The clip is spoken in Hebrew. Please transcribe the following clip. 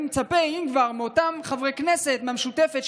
הייתי מצפה מאותם חברי כנסת מהמשותפת,